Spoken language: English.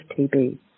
TB